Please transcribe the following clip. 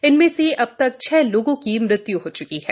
इनमें से अब तक छह लोगों की मृत्यु हो चुकी है